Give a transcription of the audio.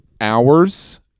hours